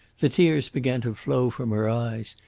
the tears began to flow from her eyes.